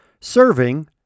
serving